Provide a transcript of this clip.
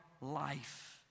life